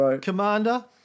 Commander